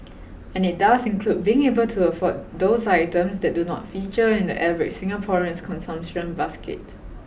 and it does include being able to afford those items that do not feature in the average Singaporean's consumption basket